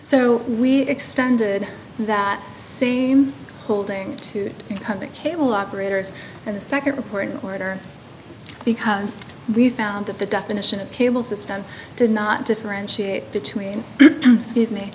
so we extended that same holding to become the cable operators and the second reporting order because we found that the definition of cable system did not differentiate between scuse me